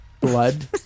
Blood